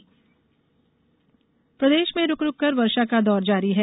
मौसम बारिश प्रदेश में रूक रूक कर वर्षा का दौर जारी है